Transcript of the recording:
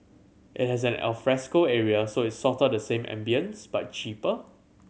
it has an alfresco area so it's sorta the same ambience but cheaper